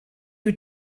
you